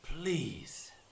please